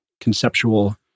conceptual